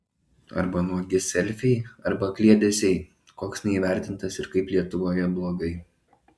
arba nuogi selfiai arba kliedesiai koks neįvertintas ir kaip lietuvoje blogai